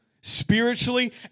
spiritually